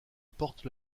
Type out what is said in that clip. porte